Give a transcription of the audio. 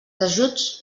ajuts